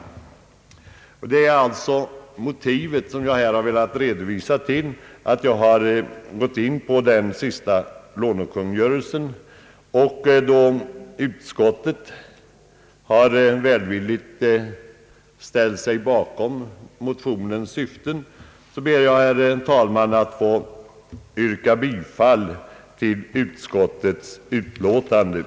Detta är alltså motivet till att jag gått in på 1967 års bostadslånekungörelse. Då utskottet välvilligt ställt sig bakom motionens syften, ber jag, herr talman, att få yrka bifall till utskottets hemställan.